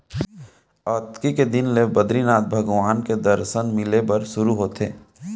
अक्ती के दिन ले बदरीनरायन भगवान के दरसन मिले बर सुरू होथे